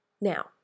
Now